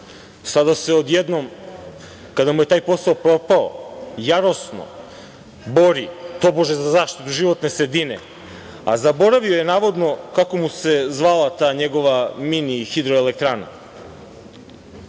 sada se odjednom, kada mu je taj posao propao, jarosno bori tobože za zaštitu životne sredine, a zaboravio je navodno kako mu se zvala ta njegova mini hidroelektrana. Takvi